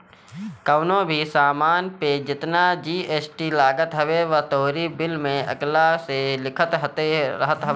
कवनो भी सामान पे जेतना जी.एस.टी लागत हवे इ तोहरी बिल में अलगा से लिखल रहत हवे